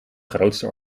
grootste